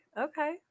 okay